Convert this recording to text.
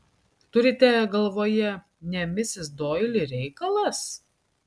turite galvoje ne misis doili reikalas